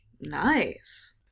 Nice